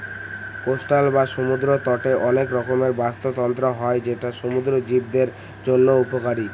coastal বা সমুদ্র তটে অনেক রকমের বাস্তুতন্ত্র হয় যেটা সমুদ্র জীবদের জন্য উপকারী